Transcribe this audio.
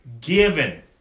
given